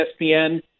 ESPN